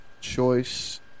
choice